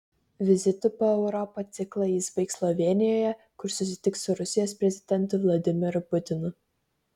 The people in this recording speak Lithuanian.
vizitų po europą ciklą jis baigs slovėnijoje kur susitiks su rusijos prezidentu vladimiru putinu